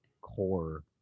core